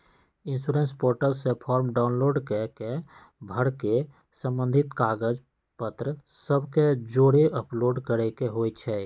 insurance portal से form download कऽ के भर के संबंधित कागज पत्र सभ के जौरे अपलोड करेके होइ छइ